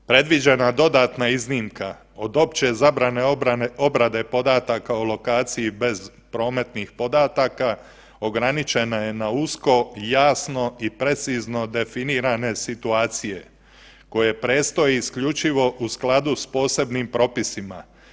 Predviđena dodatna iznimna od opće zabrane obrade podataka o lokaciji bez prometnih podataka ograničena je na usko, jasno i precizno definirane situacije koje predstoje isključivo u skladu s posebnim propisima.